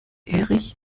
erich